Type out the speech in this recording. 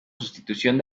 sustitución